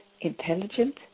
intelligent